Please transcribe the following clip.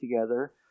together